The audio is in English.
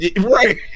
right